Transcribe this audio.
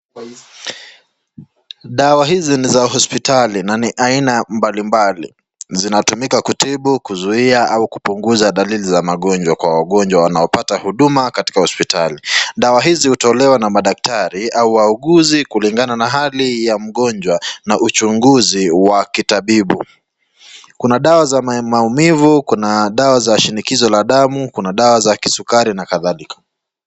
Dawa hizi ni za hospitali na ni ya aina mbalimbali zinatumika kutibu, kuzuia au dalili za magonjwa kwa wagonjwa wanaopata huduma katika hospitali dawa hizi hutolewa na madaktari au wauguzi kulingana na hali ya mgonjwa na uchunguzi wa kitabibu, kuna dawa za maumivu, kuna dawa za shinikizo ya damu, kuna dawa za kisukari na kadhalika.